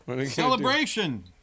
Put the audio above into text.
Celebration